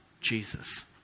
Jesus